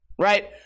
right